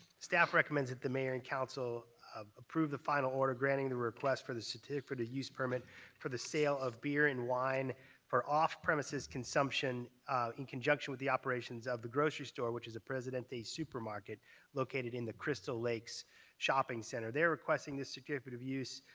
staff recommends that the mayor and council ah approve the final order granting the request for the certificate of use permit for the sale of beer and wine for off-premises consumption in conjunction with the operations of the grocery store, which is presidente supermarket located in the crystal lakes shopping center. they're requesting this certificate of use